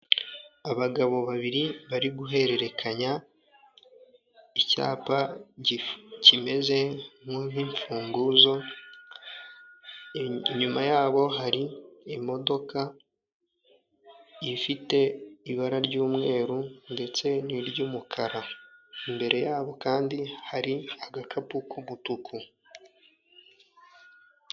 Abagabo babiri bari guhererekanya icyapa kimeze nk'imfunguzo inyuma yabo hari imodoka ifite ibara ry'umweru ndetse n'iry'umukara imbere yabo kandi hari agakapu k'umutuku.